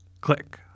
Click